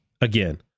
again